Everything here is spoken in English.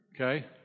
Okay